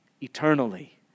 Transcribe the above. eternally